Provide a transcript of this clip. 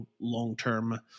long-term